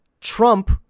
Trump